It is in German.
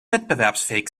wettbewerbsfähig